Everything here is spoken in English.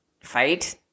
fight